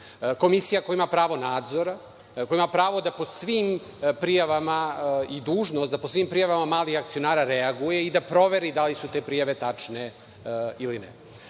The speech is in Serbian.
Komisija koja ima pravo nadzora, koja ima pravo da po svim prijavama i dužnost da po svim prijavama malih akcionara reaguje i da proveri da li su te prijave tačne ili ne.U